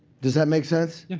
does that make sense?